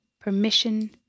permission